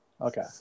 Okay